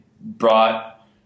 brought